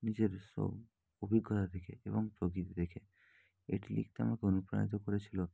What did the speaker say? নিজের সব অভিজ্ঞতা থেকে এবং প্রকৃতি দেখে এটি লিখতে আমাকে অনুপ্রাণিত করেছিল